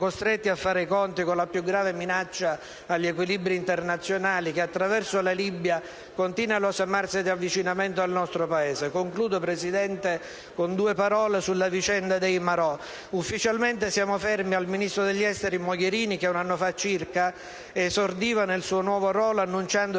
costretti a fare i conti con la più grave minaccia agli equilibri internazionali che, attraverso la Libia, continua la sua marcia di avvicinamento al nostro Paese. Concludo, signora Presidente, con due parole sulla vicenda dei due marò. Ufficialmente siamo fermi al ministro degli esteri Mogherini che, un anno fa circa, esordiva nel suo nuovo ruolo, annunciando elegantemente